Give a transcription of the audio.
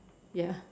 ya